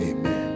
Amen